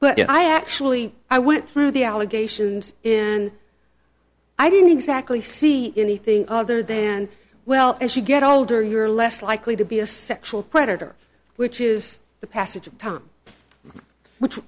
know i actually i went through the allegations and i didn't exactly see anything other than well as you get older you are less likely to be a sexual predator which is the passage of time which